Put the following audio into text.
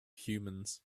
humans